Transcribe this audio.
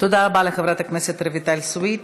תודה רבה לחברת הכנסת רויטל סויד.